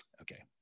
Okay